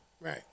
Right